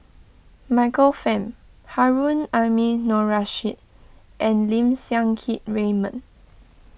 Michael Fam Harun Aminurrashid and Lim Siang Keat Raymond